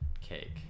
Cake